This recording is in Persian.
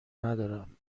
ندارم